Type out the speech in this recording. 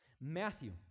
Matthew